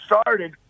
started